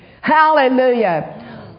Hallelujah